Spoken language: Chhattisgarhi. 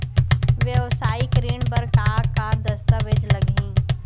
वेवसायिक ऋण बर का का दस्तावेज लगही?